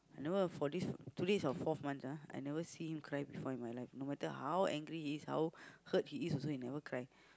I never for this~ today is our fourth month ah I never see him cry before in my life no matter how angry he is how hurt he is also he never cry